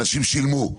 ואנשים שילמו.